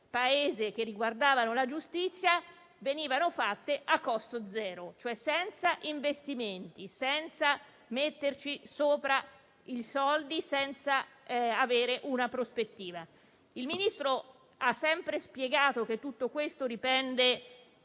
che riguardano la giustizia in questo Paese venivano fatte a costo zero, cioè senza investimenti, senza metterci i soldi, senza avere una prospettiva. Il Ministro ha sempre spiegato che tutto questo dipende